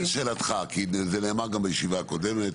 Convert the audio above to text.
לשאלתך, כי זה נאמר גם בישיבה הקודמת,